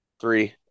Three